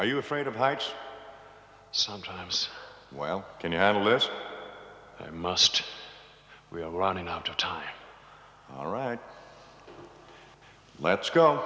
are you afraid of heights sometimes while you have a list of most real running out of time all right let's go